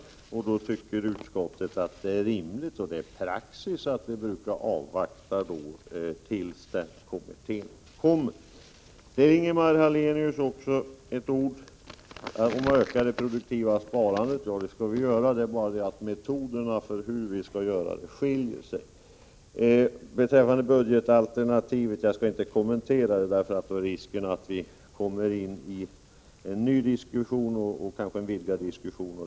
Utskottsmajoriteten tycker därför att det är rimligt — vilket också är praxis — att man avvaktar tills kommittén kommer med sitt förslag. Jag vill till Ingemar Hallenius säga att vi visst skall öka det produktiva sparandet. Det är bara det att vi har olika uppfattning om metoderna för hur vi skall göra det. När det gäller budgetalternativet skall jag inte göra några kommentarer, då risken annars är att vi kommer in i en ny och kanske vidgad diskussion.